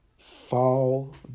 Fall